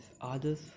others